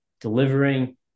delivering